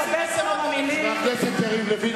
חבר הכנסת יריב לוין,